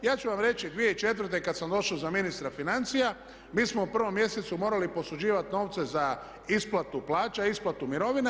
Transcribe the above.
Ja ću vam reći 2004. kada sam došao za ministra financija, mi smo u prvom mjesecu morali posuđivati novce za isplatu plaća, isplatu mirovina.